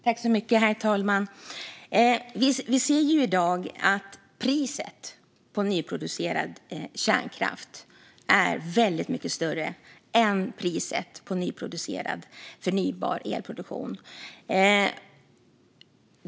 Herr talman! I dag är priset på nyproducerad kärnkraft väldigt mycket högre än priset på nyproducerad förnybar el.